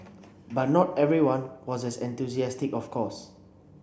but not everyone was as enthusiastic of course